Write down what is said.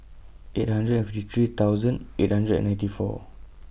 eight hundred fifty three thousand eight hundred and ninety four